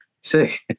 Sick